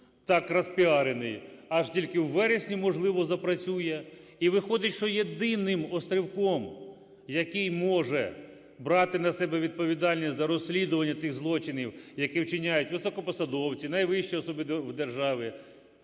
так розпіарений, аж тільки в вересні, можливо, запрацює. І виходить, що єдиним острівком, який може брати на себе відповідальність за розслідування тих злочинів, які вчиняють високопосадовці, найвищі особи держави,